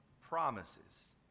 promises